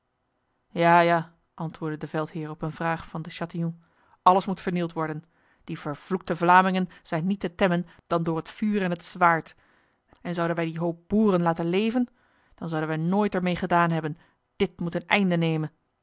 ja ja antwoordde de veldheer op een vraag van de chatillon alles moet vernield worden die vervloekte vlamingen zijn niet te temmen dan door het vuur en het zwaard en zouden wij die hoop boeren laten leven dan zouden wij nooit ermee gedaan hebben dit moet een einde nemen